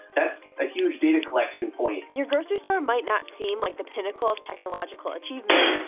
that's a huge data collection point. your grocery store might not seem like the pinnacle of technological achievement,